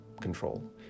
control